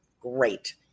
great